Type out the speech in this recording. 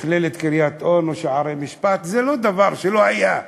מכללת אונו או מכללת "שערי משפט" זה לא דבר שהיה.